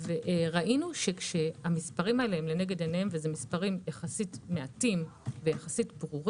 ראינו שכשהמספרים האלה הם לנגד עיניהם והם יחסית מעטים וברורים,